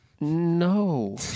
no